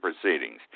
proceedings